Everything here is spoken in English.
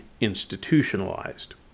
institutionalized